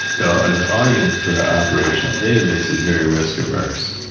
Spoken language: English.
the and audience for operational database is very risk averse,